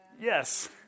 Yes